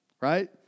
right